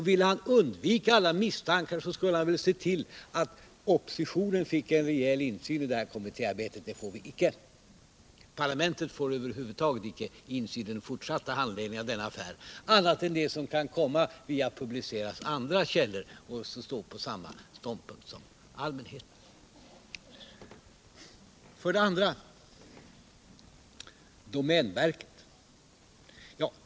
Ville han undvika alla misstankar skulle han väl se till att oppositionen fick en rejäl insyn i kommittéarbetet. Men det får vi alltså icke. Parlamentet får över huvud taget icke någon insyn i den fortsatta handläggningen av denna affär annat än om det kan komma att publiceras någonting från andra källor, som intar samma ståndpunkt som allmänheten. För det andra till frågan om domänverket.